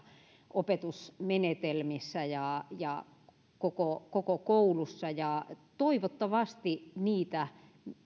opetusmenetelmissä ja ja koko koko koulussa toivottavasti niitä